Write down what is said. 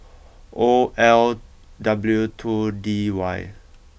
O L W two D Y